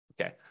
Okay